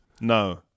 no